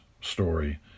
story